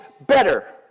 better